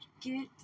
get